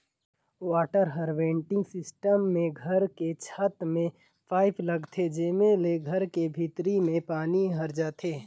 water harvesting system मे घर के छत में पाईप लगाथे जिंहा ले घर के भीतरी में पानी हर जाथे